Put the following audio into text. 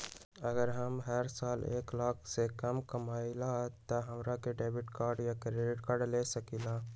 अगर हम हर साल एक लाख से कम कमावईले त का हम डेबिट कार्ड या क्रेडिट कार्ड ले सकीला?